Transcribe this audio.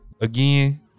Again